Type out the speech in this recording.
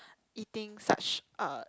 eating such uh